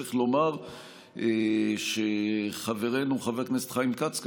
וצריך לומר שחברנו חבר הכנסת חיים כץ,